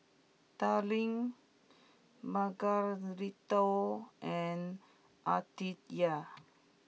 Darline Margarito and Aditya